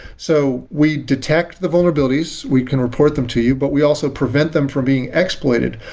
so we detect the vulnerabilities. we can report them to you, but we also prevent them from being exploited.